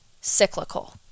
cyclical